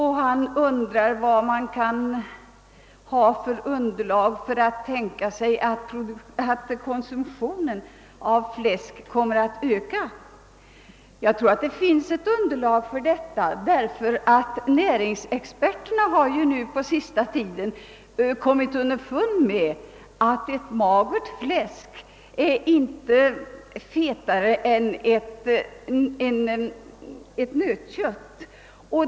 Han undrade vad man kan ha för underlag för ett antagande att konsumtionen av fläsk kommer att öka. Jag tror att det finns ett underlag för detta, därför att näringsexperterna på sista tiden kommit underfund med att magert fläsk inte är fetare än nötkött.